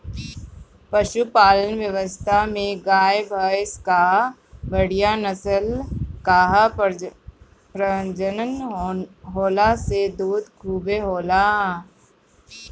पशुपालन व्यवस्था में गाय, भइंस कअ बढ़िया नस्ल कअ प्रजनन होला से दूध खूबे होला